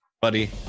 buddy